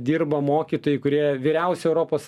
dirba mokytojai kurie vyriausi europos